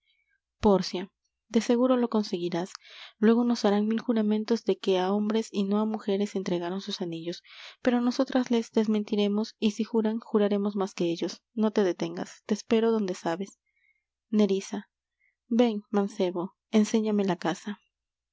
pórcia de seguro lo conseguirás luego nos harán mil juramentos de que á hombres y no á mujeres entregaron sus anillos pero nosotras les desmentiremos y si juran juraremos más que ellos no te detengas te espero donde sabes nerissa ven mancebo enséñame la casa